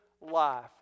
life